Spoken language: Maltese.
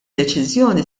deċiżjoni